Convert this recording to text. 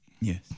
Yes